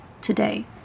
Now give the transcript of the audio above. today